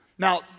Now